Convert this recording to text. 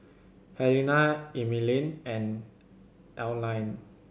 Helena Emeline and Aline